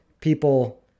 people